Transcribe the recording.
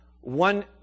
One